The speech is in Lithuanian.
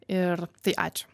ir tai ačiū